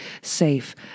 safe